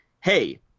Hey